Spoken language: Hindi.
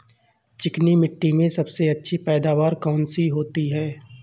चिकनी मिट्टी में सबसे अच्छी पैदावार कौन सी होती हैं?